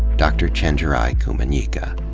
dr. chenjerai kumanyika.